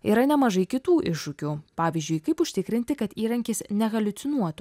yra nemažai kitų iššūkių pavyzdžiui kaip užtikrinti kad įrankis ne haliucinuotų